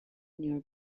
near